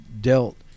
dealt